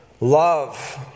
love